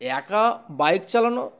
একা বাইক চালান